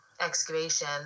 excavation